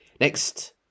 Next